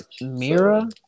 Mira